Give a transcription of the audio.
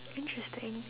interesting